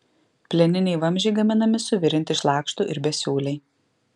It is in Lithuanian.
plieniniai vamzdžiai gaminami suvirinti iš lakštų ir besiūliai